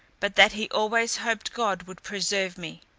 but that he always hoped god would preserve me.